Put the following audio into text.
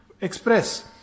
express